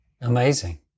Amazing